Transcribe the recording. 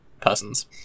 persons